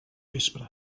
vespre